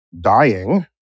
dying